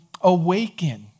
awaken